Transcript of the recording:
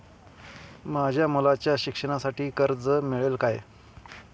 माझ्या मुलाच्या शिक्षणासाठी कर्ज मिळेल काय?